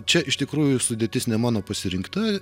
čia iš tikrųjų sudėtis ne mano pasirinkta